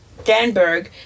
Danberg